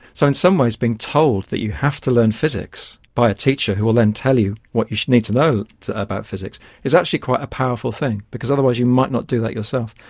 so in some ways being told that you have to learn physics by a teacher who will then tell you what you need to know about physics is actually quite a powerful thing because otherwise you might not do that yourself.